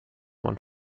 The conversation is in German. und